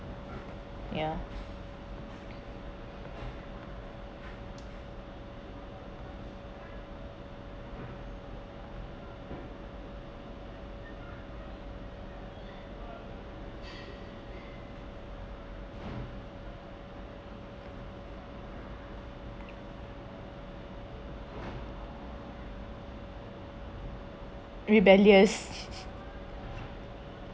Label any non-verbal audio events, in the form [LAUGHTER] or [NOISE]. ya rebellious [LAUGHS]